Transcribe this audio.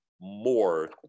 more